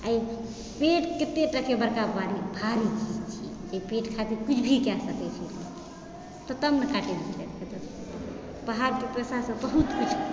आ ई पेट कतेक टाके बड़का बारी भारी चीज छियै ई पेट खातिर कुछ भी कए सकै छै अपन तऽ तब ने बाहर तऽ पैसासँ बहुत किछु